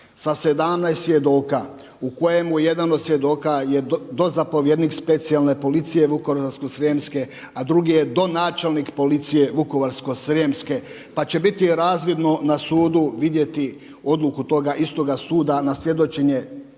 sa 17 svjedoka u kojemu jedan od svjedoka je dozapovjednik specijalne policije Vukovarsko-srijemske, a drugi je donačelnik policije Vukovarsko-srijemske pa će biti razvidno na sudu vidjeti odluku toga istoga suda na svjedočenje